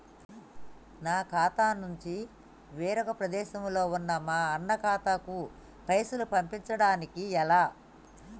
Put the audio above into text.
నా ఖాతా నుంచి వేరొక ప్రదేశంలో ఉన్న మా అన్న ఖాతాకు పైసలు పంపడానికి ఎలా?